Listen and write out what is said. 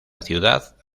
ciudad